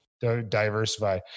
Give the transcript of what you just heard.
diversify